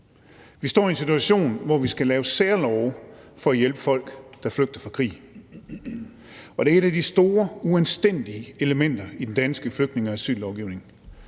Vi står i en situation, hvor vi skal lave særlove for at hjælpe folk, der flygter fra krig, og det er et af de store uanstændige elementer i den danske flygtninge- og asyllovgivningen,